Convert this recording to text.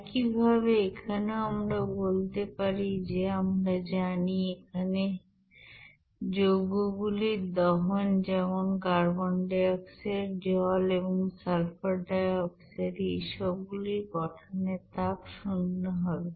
একইভাবে এখানেও আমরা বলতে পারি যে আমরা জানো এখানে যৌগ গুলির দহন যেমন কার্বন ডাই অক্সাইড জল এবং সালফার ডাই অক্সাইড এইসব গুলির গঠনের তাপ শূন্য হবে